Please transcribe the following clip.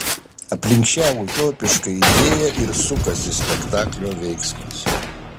aplink šią utopišką idėją ir sukasi spektaklio veiksmas